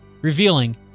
revealing